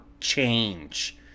change